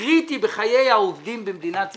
קריטי בחיי העובדים במדינת ישראל.